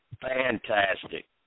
Fantastic